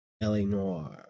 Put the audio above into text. Eleanor